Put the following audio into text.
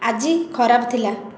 ଆଜି ଖରାପ ଥିଲା